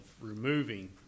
removing